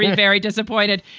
very disappointed.